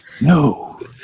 No